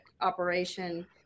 operation